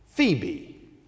Phoebe